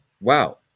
Wow